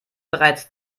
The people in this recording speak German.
bereits